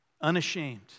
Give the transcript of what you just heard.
Unashamed